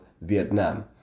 Vietnam